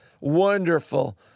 wonderful